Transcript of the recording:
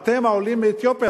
אתם העולים מאתיופיה,